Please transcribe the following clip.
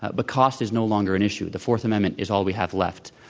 but but cost is no longer an issue. the fourth amendment is all we have left.